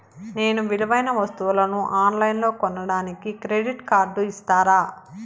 నేను విలువైన వస్తువులను ఆన్ లైన్లో కొనడానికి క్రెడిట్ కార్డు ఇస్తారా?